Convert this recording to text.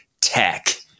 tech